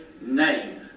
name